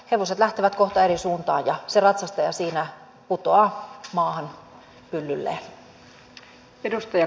hevoset lähtevät kohta eri suuntaan ja se ratsastaja siinä putoaa maahan pyllylleen